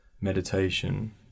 meditation